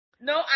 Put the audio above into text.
no